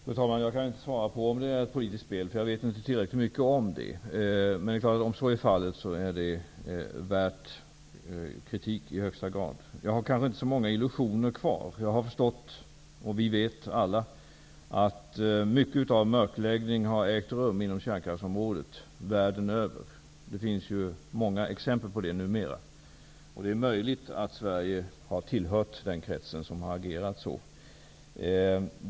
Fru talman! Jag kan inte svara på om det är ett politiskt spel, för jag vet inte tillräckligt mycket om det. Om så är fallet, är det i högsta grad värt kritik. Jag har kanske inte så många illusioner kvar. Jag har förstått, och vi vet alla, att det har mörklagts mycket inom kärnkraftsområdet världen över. Det finns numer många exempel på det. Det är möjligt att Sverige har tillhört den krets som har agerat så.